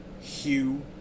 Hugh